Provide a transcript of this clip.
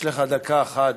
יש לך דקה, חאג'.